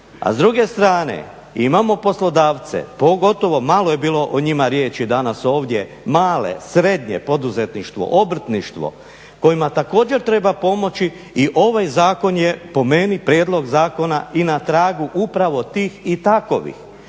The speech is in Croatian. a s druge strane imamo poslodavce, pogotovo malo je bilo o njima riječi danas ovdje, male, srednje, poduzetništvo, obrtništvo kojima također treba pomoći i ovaj Zakon je po meni prijedlog zakona i na tragu upravo tih i takvih.